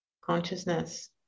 Consciousness